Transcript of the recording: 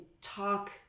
talk